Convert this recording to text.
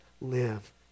live